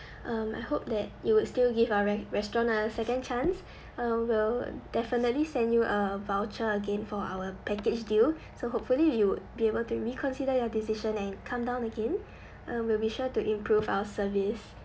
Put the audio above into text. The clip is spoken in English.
um I hope that you would still give our re~ restaurant a second chance um we'll definitely send you a voucher again for our package deal so hopefully you would be able to reconsider your decision and come down again um we'll be sure to improve our service